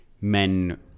men